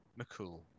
McCool